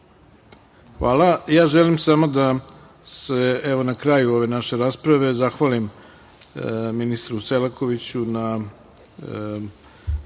Hvala. Ja želim samo da se na kraju ove naše rasprave zahvalim ministru Selakoviću na